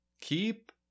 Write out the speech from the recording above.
Keep